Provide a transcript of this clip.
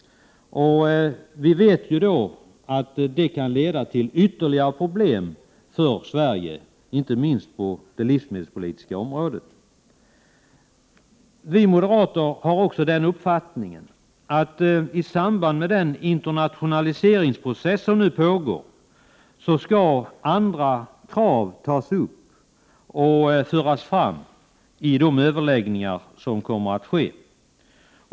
Vi vet att det kan leda till ytterligare problem för Sverige, inte minst på det livsmedelspolitiska området. Vi moderater har också den uppfattningen att i samband med den internationaliseringsprocess som nu pågår skall andra krav tas upp och föras fram i de överläggningar som kommer att ske.